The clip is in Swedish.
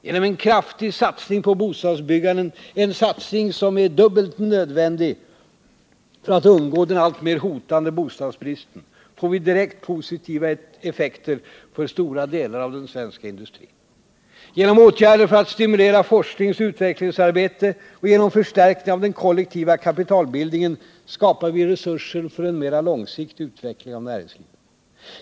Genom en kraftig satsning på bostadsbyggandet — en satsning som är dubbelt nödvändig för att undgå den alltmer hotande bostadsbristen — får vi direkt positiva effekter för stora delar av den svenska industrin. Genom åtgärder för att stimulera forskningsoch utvecklingsarbete och genom en förstärkning av den kollektiva kapitalbildningen skapar vi resurser för en mera långsiktig utveckling av näringslivet.